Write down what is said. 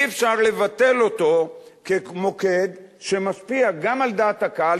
אי-אפשר לבטל אותו כמוקד שמשפיע גם על דעת הקהל,